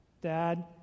Dad